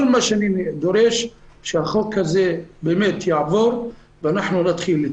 כל מה שאני דורש שהחוק הזה יעבור ואנחנו נתחיל לטפל.